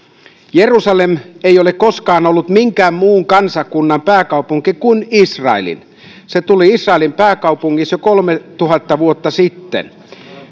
jerusalem ei ole koskaan ollut minkään muun kansakunnan pääkaupunki kuin israelin se tuli israelin pääkaupungiksi jo kolmetuhatta vuotta sitten